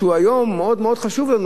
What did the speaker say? שהוא יום מאוד מאוד חשוב לנו,